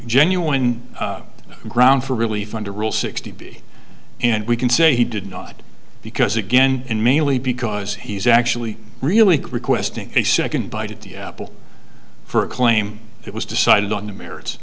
genuine ground for really fun to rule sixty b and we can say he did not because again and mainly because he's actually really requesting a second bite at the apple for a claim it was decided on the merits